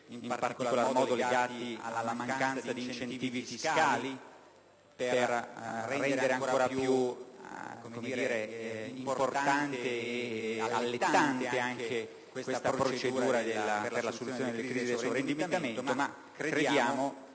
in particolar modo alla mancanza degli incentivi fiscali volti a rendere ancora più importante e allettante anche la procedura per la soluzione delle crisi da sovraindebitamento. Crediamo